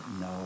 no